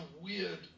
weird